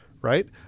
Right